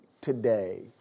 today